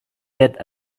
get